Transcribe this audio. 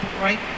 right